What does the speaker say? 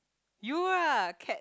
you lah cat